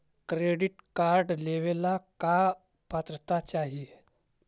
Credit card लेवेला का पात्रता चाही?